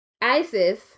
ISIS